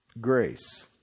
grace